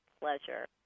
pleasure